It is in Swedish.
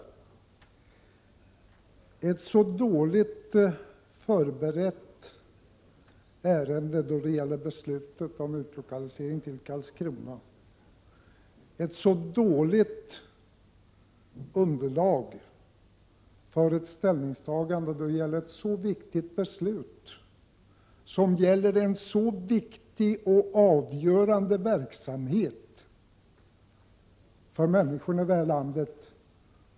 Ärendet är dåligt förberett, i synnerhet då det gäller beslut om utlokalisering till Karlskrona. Det är ett viktigt beslut, som gäller en betydelsefull och avgörande verksamhet för människorna i landet.